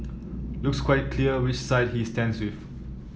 looks quite clear which side he stands with